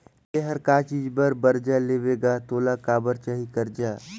ते हर का चीच बर बरजा लेबे गा तोला काबर चाही करजा